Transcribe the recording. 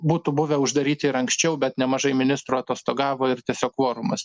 būtų buvę uždaryti ir anksčiau bet nemažai ministrų atostogavo ir tiesiog kvorumas